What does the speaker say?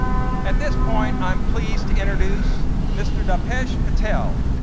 at this point i'm pleased to introduce mr. dapesh patel.